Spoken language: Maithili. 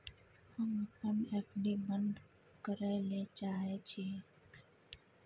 हम अपन एफ.डी बंद करय ले चाहय छियै